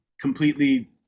completely